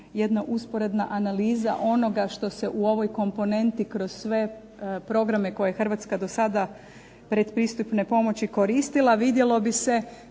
jedna usporedna analiza onoga što se u ovoj komponenti kroz sve programe koje je Hrvatska do sada predpristupne pomoći koristila vidjelo bi se,